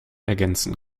ergänzen